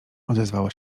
odezwało